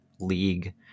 league